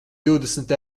divdesmit